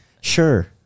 Sure